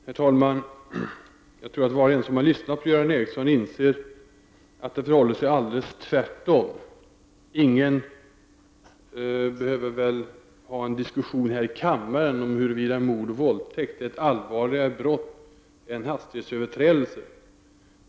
Herr talman! Jag tror att var och en som har lyssnat på Göran Ericsson inser att det förhåller sig tvärtemot vad han säger: Ingen behöver väl ha en diskussion här i riksdagen om huruvida mord och våldtäkt är allvarligare brott än hastighetsöverträdelser.